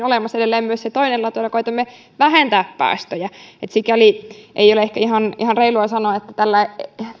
olemassa edelleen myös se toinen latu jolla koetamme vähentää päästöjä ja sikäli ei ole ehkä ihan ihan reilua sanoa että tällä